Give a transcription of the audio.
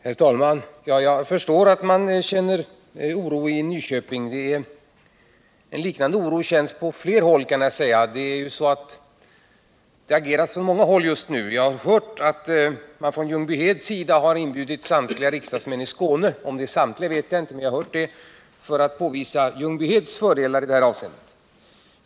Herr talman! Jag förstår att man känner oro i Nyköping, men en liknande oro känns på flera håll. Jag kan tala om att man agerar på många håll just nu. I Ljungbyhed har man enligt uppgift inbjudit samtliga riksdagsmän i Skåne för att påvisa Ljungbyheds fördelar i det här avseendet. Om det är sant vet jag inte, men jag har i alla fall hört detta.